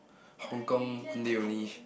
Hong Kong one day only